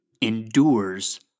endures